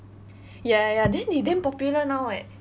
ya ya ya then they damn popular now eh